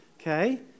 okay